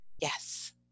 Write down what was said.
Yes